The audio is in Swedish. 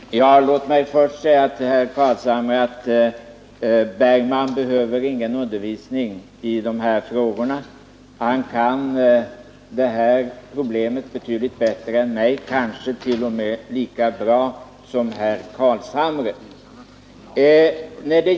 Herr talman! Låt mig först säga till herr Carlshamre att herr Bergman inte behöver någon undervisning i dessa frågor; han kan dem betydligt bättre än jag — kanske t.o.m. lika bra som herr Carlshamre.